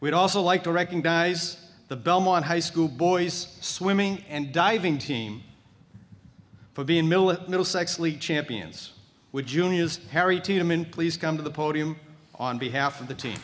we'd also like to recognize the belmont high school boys swimming and diving team for being militant middlesex league champions with junior harry truman please come to the podium on behalf of the team